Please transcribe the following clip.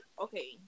okay